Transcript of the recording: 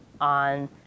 on